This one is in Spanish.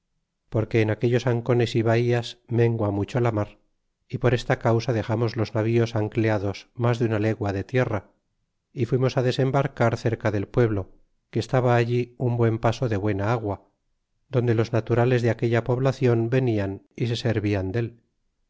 porque en aquellos ancones y batías mengua mucho la mar y por esta causa dexamos los navíos ancleados mas de una legua de tierra y fuimos á desembarcar cerca del pueblo que estaba allí un buen paso de buena agua donde los naturales de aquella poblacion venian y se servian